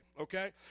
okay